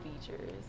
features